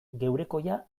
geurekoia